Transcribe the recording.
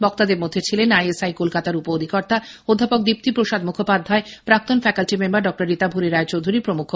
বক্তাদের মধ্যে ছিলেন আইএসআই কলকাতার উপঅধিকর্তা অধ্যাপক দীপ্তি প্রসাদ মুখোপাধ্যায় প্রাক্তন faculty member doctor Ritabhari Roychowdhury প্রমুখ